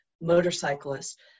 motorcyclists